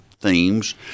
themes